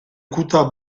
coûta